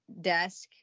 desk